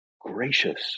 gracious